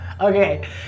Okay